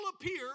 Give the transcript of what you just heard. appear